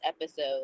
episode